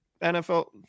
NFL